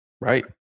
right